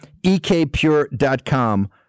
ekpure.com